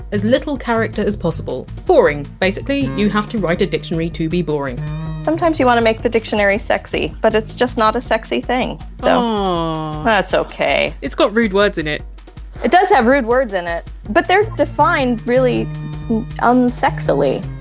as little character as possible boring, basically, you have to write a dictionary to be boring sometimes you want to make the dictionary sexy but it's just not a sexy thing. so that's ok it's got rude words in it it does have rude words in it. but they're defined really unsexily.